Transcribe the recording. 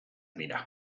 dira